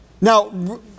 Now